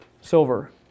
silver